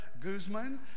Guzman